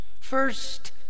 First